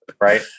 right